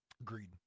Agreed